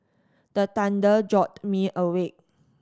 the thunder jolt me awake